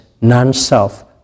non-self